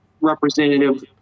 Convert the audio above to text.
representative